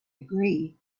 agree